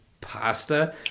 pasta